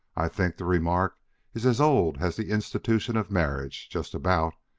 i think the remark is as old as the institution of marriage, just about.